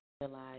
realize